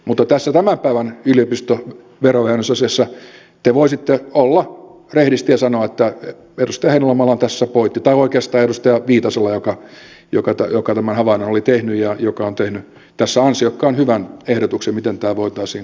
mutta tässä tämän päivän yliopistoverovähennysasiassa te voisitte olla rehdisti ja sanoa että edustaja heinäluomalla on tässä pointti tai oikeastaan edustaja viitasella joka tämän havainnon oli tehnyt ja joka on tehnyt tässä ansiokkaan hyvän ehdotuksen miten tämä voitaisiin korjata